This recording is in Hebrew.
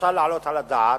שאפשר להעלות על הדעת.